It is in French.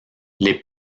les